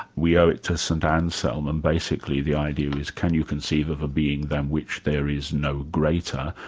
we owe it to st anselm and basically the idea is, can you conceive of a being than which there is no greater?